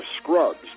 scrubs